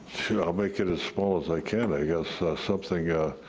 ah, i'll make it as small as i can, i guess. something, a